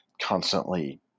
constantly